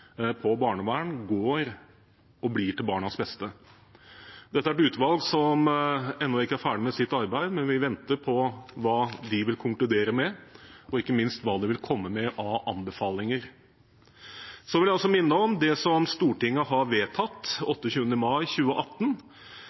på barnevern, går og blir til barnas beste. Dette er et utvalg som ennå ikke er ferdig med sitt arbeid, men vi venter på hva det vil konkludere med, og ikke minst hva det vil komme med av anbefalinger. Jeg vil også minne om det Stortinget har vedtatt, den 28. mai 2018: